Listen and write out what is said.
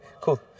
cool